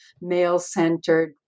male-centered